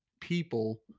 people